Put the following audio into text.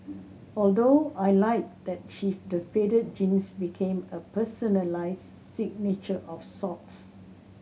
although I liked that the faded jeans became a personalized signature of sorts